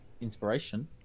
Inspiration